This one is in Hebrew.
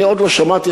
אני עוד לא שמעתי,